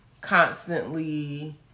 constantly